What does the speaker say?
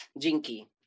Jinky